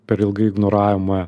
per ilgai ignoravome